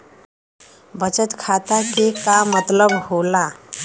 बचत खाता के का मतलब होला?